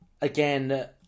Again